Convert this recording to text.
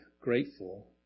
grateful